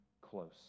close